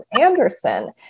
Anderson